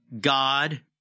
God